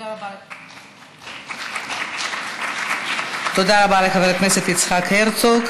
(מחיאות כפיים) תודה רבה לחבר הכנסת יצחק הרצוג.